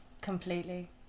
completely